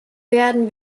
werden